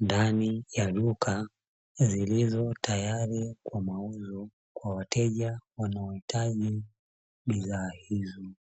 ndani ya duka, zililzo tayari kwa mauzo kwa wateja wanaohitaji bidhaa hizi.